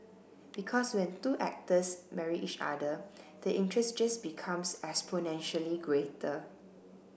because when two actors marry each other the interest just becomes exponentially greater